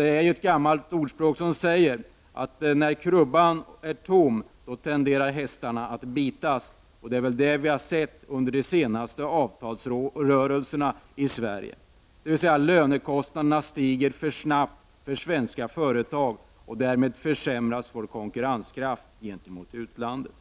Ett gammalt ordspråk säger att när krubban är tom tenderar hästarna att bitas. Det är vad vi har sett under de senaste avtalsrörelserna i Sverige, dvs. att lönekostnaderna stiger för snabbt för svenska företag och därmed försämras vår konkurrenskraft gentemot utlandet.